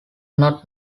not